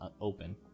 open